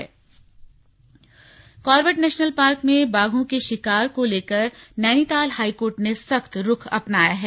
Corbett park Corbett national park में बाघों के शिकार को लेकर नैनीताल हाईकोर्ट ने सख्त रूख अपनाया है